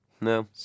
No